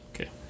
Okay